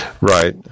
Right